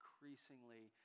increasingly